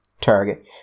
target